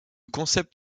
concept